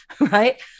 right